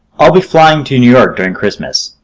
i'll be flying to new york during christmas.